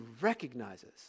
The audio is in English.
recognizes